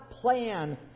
plan